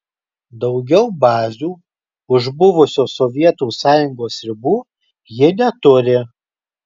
daugiau bazių už buvusios sovietų sąjungos ribų ji neturi